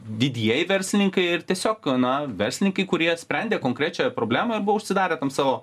didieji verslininkai ir tiesiog na verslininkai kurie sprendė konkrečią problemą ir buvo užsidarę tam savo